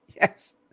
Yes